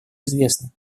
известны